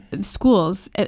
schools